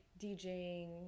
DJing